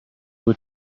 were